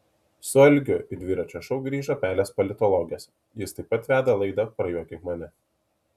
su algiu į dviračio šou grįžo pelės politologės jis taip pat veda laidą prajuokink mane